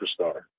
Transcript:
superstar